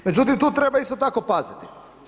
Međutim, tu treba isto tako paziti.